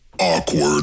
Awkward